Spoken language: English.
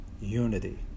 unity